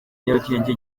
nyarugenge